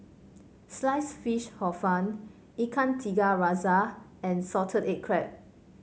slice fish Hor Fun Ikan Tiga Rasa and Salted Egg Crab